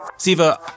Siva